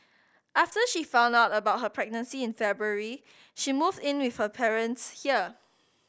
after she found out about her pregnancy in February she moved in with her parents here